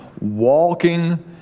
walking